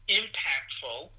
impactful